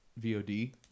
VOD